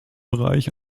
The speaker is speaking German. bereich